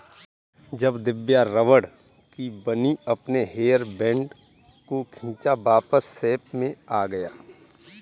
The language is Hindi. जब दिव्या रबड़ की बनी अपने हेयर बैंड को खींचा वापस शेप में आ गया